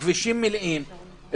הכבישים מלאים,